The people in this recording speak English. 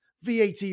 VAT